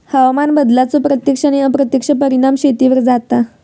हवामान बदलाचो प्रत्यक्ष आणि अप्रत्यक्ष परिणाम शेतीवर जाता